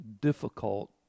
difficult